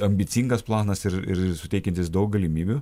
ambicingas planas ir ir suteikiantis daug galimybių